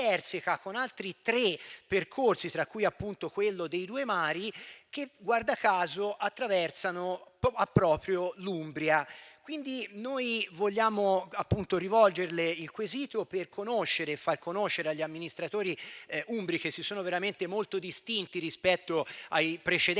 con altri tre percorsi, tra cui appunto quello dei due mari, che - guarda caso - attraversano proprio l'Umbria. Quindi vogliamo rivolgerle il quesito per far conoscere la sua risposta agli amministratori umbri che si sono veramente molto distinti rispetto ai predecessori